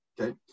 okay